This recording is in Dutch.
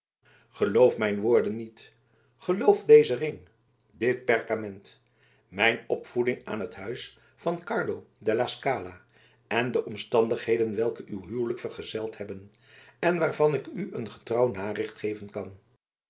geloof mijn woorden niet geloof dezen ring dit perkament mijn opvoeding aan het huis van carlo della scala en de omstandigheden welke uw huwelijk vergezeld hebben en waarvan ik u een getrouw naricht geven kan